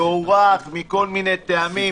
יוארך מכל מיני טעמים,